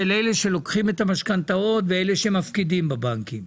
אלה שלוקחים את המשכנתאות ואלה שמפקידים בבנקים.